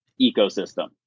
ecosystem